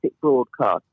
broadcast